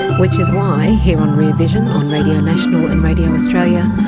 which is why, here on rear vision on radio national and radio australia,